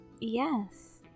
yes